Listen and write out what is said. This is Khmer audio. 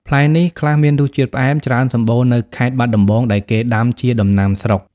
ផ្លែនេះ ខ្លះមានរសជាតិផ្អែម ច្រើនសម្បូរនៅខេត្តបាត់ដំបងដែលគេដាំជាដំណាំស្រុក។